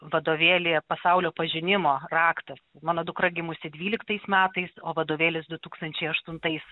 vadovėlyje pasaulio pažinimo raktas mano dukra gimusi dvyliktais metais o vadovėlis du tūkstančiai aštuntais